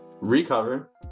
recover